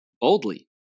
boldly